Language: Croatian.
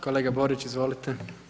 Kolega Borić izvolite.